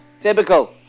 Typical